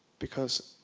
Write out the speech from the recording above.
because,